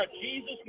Jesus